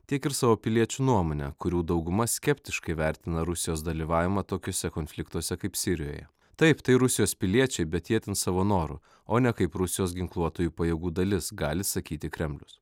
tiek ir savo piliečių nuomone kurių dauguma skeptiškai vertina rusijos dalyvavimą tokiuose konfliktuose kaip sirijoje taip tai rusijos piliečiai bet jie ten savo noru o ne kaip rusijos ginkluotųjų pajėgų dalis gali sakyti kremlius